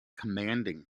commanding